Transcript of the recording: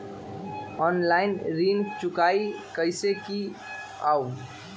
Online ऋण चुकाई कईसे की ञाई?